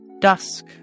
Dusk